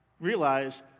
realized